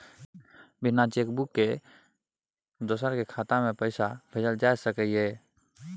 बिना cheque book के दोसर के खाता में पैसा भेजल जा सकै ये?